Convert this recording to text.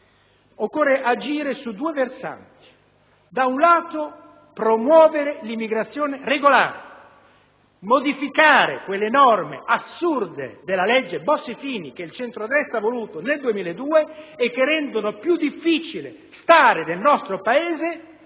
occorre agire su due versanti. Da un lato l'immigrazione regolare va promossa e vanno modificate quelle norme assurde della legge Bossi-Fini che il centrodestra ha voluto nel 2002 e che rendono più difficile entrare nel nostro Paese